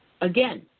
again